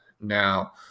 now